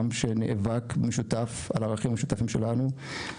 עם שנאבק במשותף על הערכים המשותפים של העם,